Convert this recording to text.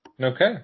Okay